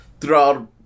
throughout